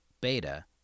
beta